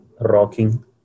rocking